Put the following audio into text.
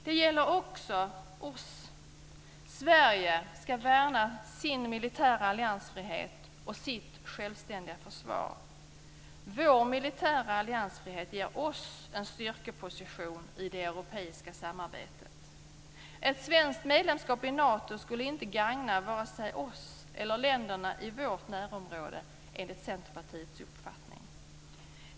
Det gäller också oss. Sverige skall värna sin militära alliansfrihet och sitt självständiga försvar. Vår militära alliansfrihet ger oss en styrkeposition i det europeiska samarbetet. Ett svenskt medlemskap i Nato skulle inte gagna vare sig oss eller länderna i vårt närområde enligt Centerpartiets uppfattning.